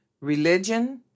Religion